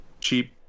Cheap